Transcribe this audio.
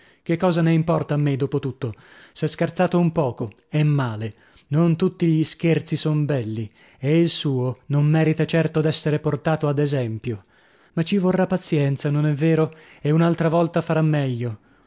che cosa ne importa a me dopo tutto s'è scherzato un poco e male non tutti gli scherzi son belli e il suo non merita certo d'essere portato ad esempio ma ci vorrà pazienza non è vero e un'altra volta farà meglio